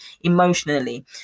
emotionally